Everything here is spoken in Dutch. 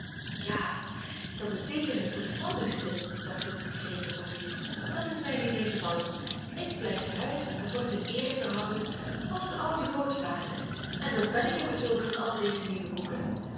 ja dat is zeker het verstandigste dacht het beschreven papier dat is mij niet ingevallen ik blijf te huis en word in eere gehouden als een oude grootvader en dat ben ik immers ook van al deze nieuwe boeken